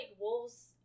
wolves